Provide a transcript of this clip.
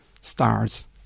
stars